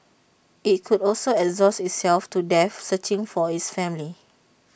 IT could also exhaust itself to death searching for its family